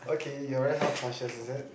okay you're very health conscious is it